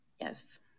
Yes